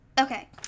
Okay